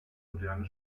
moderne